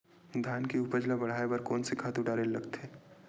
धान के उपज ल बढ़ाये बर कोन से खातु डारेल लगथे?